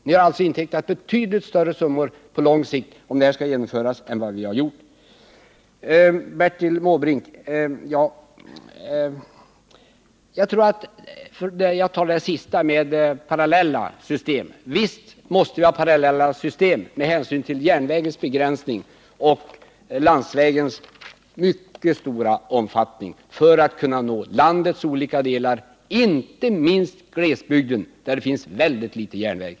Ni har intecknat betydligt större summor på lång sikt om detta skall genomföras än vad vi har gjort. Bertil Måbrink talade bl.a. om parallella system. Visst måste vi ha parallella system, med hänsyn till järnvägens begränsning och landsvägens mycket stora omfattning, för att kunna nå landets olika delar — inte minst glesbygden, där det inte finns så många järnvägar.